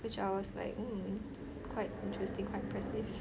which I was like mm quite interesting quite impressive